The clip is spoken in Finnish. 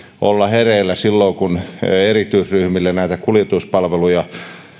olla hereillä silloin kun erityisryhmille näitä kuljetuspalveluja